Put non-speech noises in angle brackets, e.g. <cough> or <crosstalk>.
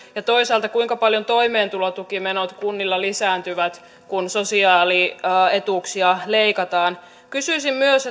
ja toisaalta kuinka paljon toimeentulotukimenot kunnilla lisääntyvät kun sosiaalietuuksia leikataan kysyisin myös <unintelligible>